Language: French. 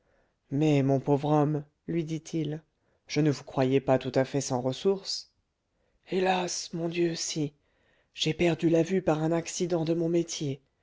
mais mon pauvre homme lui dit-il je ne vous croyais pas tout à fait sans ressources hélas mon dieu si j'ai perdu la vue par un accident de mon métier